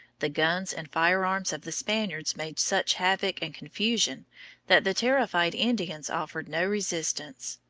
the guns and firearms of the spaniards made such havoc and confusion that the terrified indians offered no resistance.